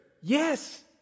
yes